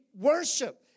worship